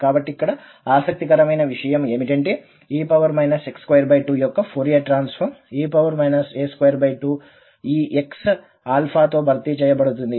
కాబట్టి ఇక్కడ ఆసక్తికరమైన విషయం ఏమిటంటే e x22 యొక్క ఫోరియర్ ట్రాన్సఫార్మ్ e a22 ఈ x తో భర్తీ చేయబడుతుంది